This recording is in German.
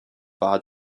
war